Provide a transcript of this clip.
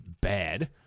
bad